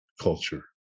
culture